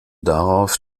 darauf